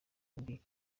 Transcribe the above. mbi